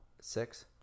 Six